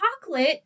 chocolate